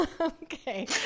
okay